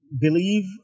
believe